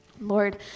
Lord